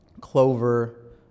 Clover